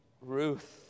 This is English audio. Ruth